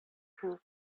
proof